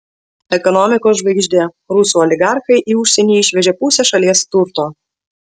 ekonomikos žvaigždė rusų oligarchai į užsienį išvežė pusę šalies turto